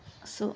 uh so